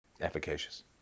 efficacious